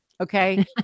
Okay